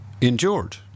endured